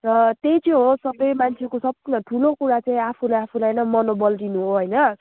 र त्यही चाहिँ हो सबै मान्छेको सबभन्दा ठुलो कुरा चाहिँ आफूले आफूलाई नै मनोबल दिनु हो होइन